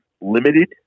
limited